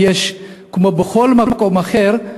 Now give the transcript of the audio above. כמו בכל מקום אחר,